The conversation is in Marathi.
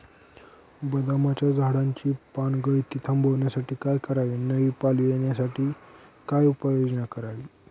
बदामाच्या झाडाची पानगळती थांबवण्यासाठी काय करावे? नवी पालवी येण्यासाठी काय उपाययोजना करावी?